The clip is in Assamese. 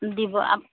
দিব আপ